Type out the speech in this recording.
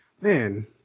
man